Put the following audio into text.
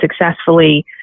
successfully